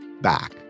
back